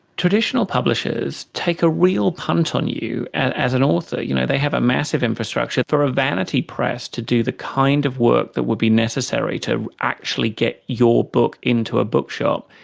traditional publishers take a real punt on you, as an author. you know they have a massive infrastructure. for a vanity press to do the kind of work that would be necessary to actually get your book onto a bookshop,